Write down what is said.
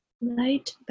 Light